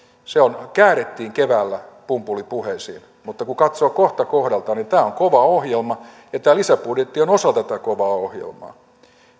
se käärittiin keväällä pumpulipuheisiin mutta kun katsoo kohta kohdalta niin tämä on kova ohjelma ja tämä lisäbudjetti on osa tätä kovaa ohjelmaa